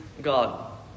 God